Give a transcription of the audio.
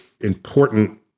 important